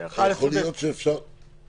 את המידע הפלילי שמסתובב ברשת באופן חופשי.